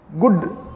good